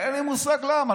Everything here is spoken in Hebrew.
אין לי מושג למה.